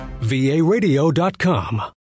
varadio.com